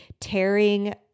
tearing